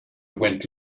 went